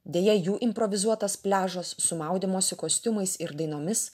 deja jų improvizuotas pliažas su maudymosi kostiumais ir dainomis